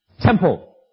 Temple